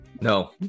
No